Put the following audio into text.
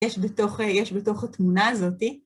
יש בתוך, יש בתוך התמונה הזאת.